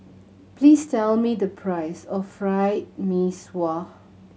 please tell me the price of Fried Mee Sua